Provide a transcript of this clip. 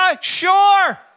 Sure